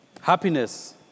Happiness